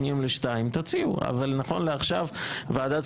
זה נכון שעולם הדיינים הלך לוועדת